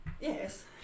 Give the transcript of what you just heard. Yes